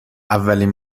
اولین